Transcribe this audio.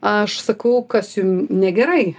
aš sakau kas jum negerai